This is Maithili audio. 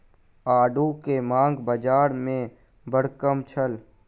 आड़ू के मांग बाज़ार में बड़ कम छल